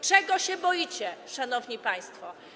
Czego się boicie, szanowni państwo?